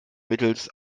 mittels